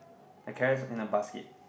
the carrots in a basket